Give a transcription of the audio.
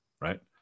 right